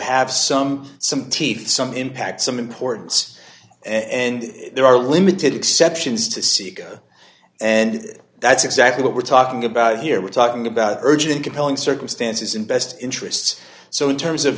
have some some teeth some impact some importance and there are limited exceptions to seek and that's exactly what we're talking about here we're talking about urgent compelling circumstances and best interests so in terms of